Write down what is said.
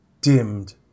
dimmed